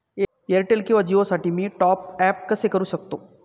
Airtel किंवा जिओसाठी मी टॉप ॲप कसे करु शकतो?